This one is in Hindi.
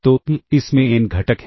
तो इसमें n घटक हैं